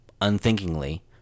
unthinkingly